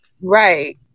right